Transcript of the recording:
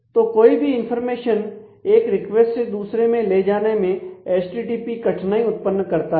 तो कोई भी इंफॉर्मेशन एक रिक्वेस्ट से दूसरे में ले जाने में एचटीटीपी कठिनाई उत्पन्न करता है